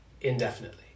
indefinitely